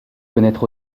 connaitre